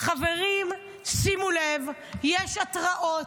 חברים, שימו לב, יש התרעות,